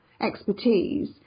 expertise